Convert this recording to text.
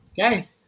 Okay